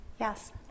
yes